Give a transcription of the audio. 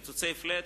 קיצוצי flat,